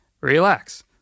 relax